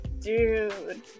dude